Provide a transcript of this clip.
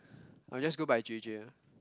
I'll just go by J_J ah